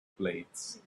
blades